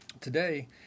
Today